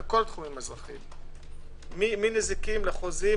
בכל התחומים האזרחיים - מנזיקין ולחוזים,